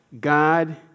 God